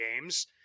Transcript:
games